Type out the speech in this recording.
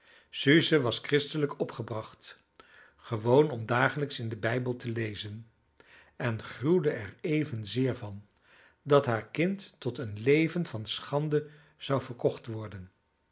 suze was christelijk opgebracht gewoon om dagelijks in den bijbel te lezen en gruwde er evenzeer van dat haar kind tot een leven van schande zou verkocht worden